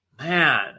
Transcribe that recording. Man